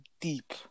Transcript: deep